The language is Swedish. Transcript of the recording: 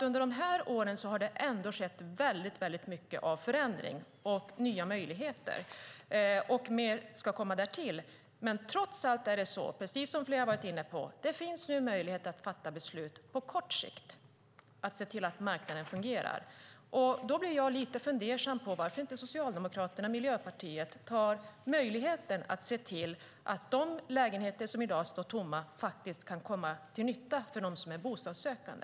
Under dessa år har det skett många förändringar och skapats nya möjligheter, och mer ska komma därtill. Men trots allt är det så, precis som flera har varit inne på, att det nu finns möjlighet att fatta beslut på kort sikt för att se till att marknaden fungerar. Då blir jag lite fundersam på varför Socialdemokraterna och Miljöpartiet inte tar möjligheten att se till att de lägenheter som i dag står tomma kan komma till nytta för dem som är bostadssökande.